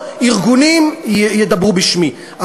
הורוביץ, נא לסיים.